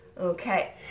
okay